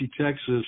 Texas